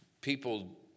People